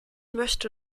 möchte